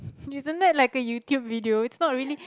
isn't that like a YouTube video it's not really